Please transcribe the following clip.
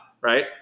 right